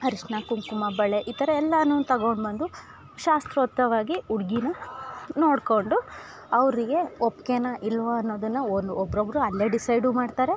ಅರಿಶಿಣ ಕುಂಕುಮ ಬಳೆ ಈ ಥರ ಎಲ್ಲಾ ತಗೊಂಡ್ಬಂದು ಶಾಸ್ತ್ರೋತವಾಗಿ ಹುಡ್ಗಿನ ನೋಡ್ಕೊಂಡು ಅವರಿಗೆ ಒಪ್ಗೆನ ಇಲ್ವಾ ಅನೋದನ್ನ ಒಬ್ಬೊಬ್ರು ಅಲ್ಲೇ ಡಿಸೈಡು ಮಾಡ್ತಾರೆ